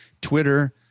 Twitter